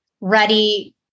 ready